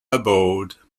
abode